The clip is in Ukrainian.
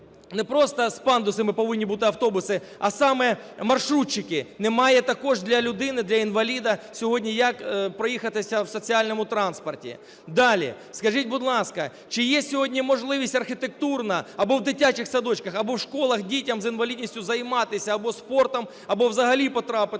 не просто з пандусами повинні бути автобуси, а саме маршрутчики. Немає також для людини, для інваліда сьогодні, як проїхатися в соціальному транспорті. Далі. Скажіть, будь ласка, чи є сьогодні можливість архітектурна або в дитячих садочках, або в школах дітям з інвалідністю займатися або спортом, або взагалі потрапити